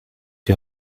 die